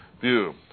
view